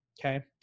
Okay